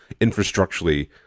infrastructurally